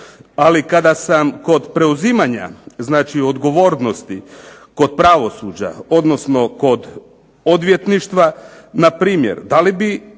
Ali kada sam kod preuzimanja znači odgovornosti, kod pravosuđa odnosno kod odvjetništva npr. da li bi